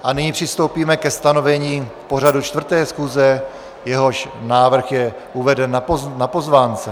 A nyní přistoupíme ke stanovení pořadu 4. schůze, jehož návrh je uveden na pozvánce.